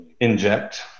Inject